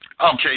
Okay